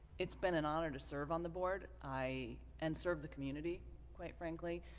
it's been an honor to serve on the board i and serve the community quite frankly